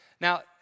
Now